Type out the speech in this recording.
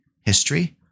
history